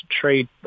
trade